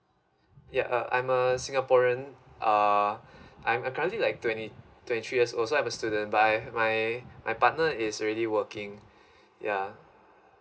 yeah uh I'm a singaporean uh I'm a currently like twenty twenty three years old so I've student but I have my my partner is already working yeah